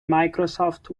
microsoft